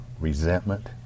resentment